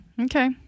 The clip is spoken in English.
Okay